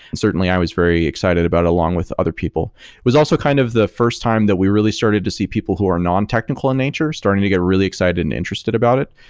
certainly, i was very excited about along with other people. it was also kind of the first time that we really started to see people who are non-technical in nature starting to get really excited and interested about it,